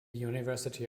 university